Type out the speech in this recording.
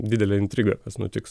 didelę intrigą kas nutiks